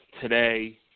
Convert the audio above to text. today